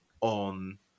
on